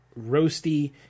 roasty